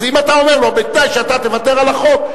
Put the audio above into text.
אז אתה אומר לו: בתנאי שאתה תוותר על החוק,